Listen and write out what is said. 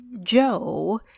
Joe